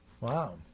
Wow